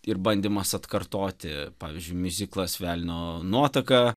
ir bandymas atkartoti pavyzdžiui miuziklas velnio nuotaka